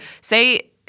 say